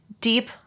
deep